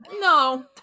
no